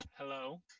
Hello